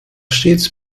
stets